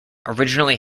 originally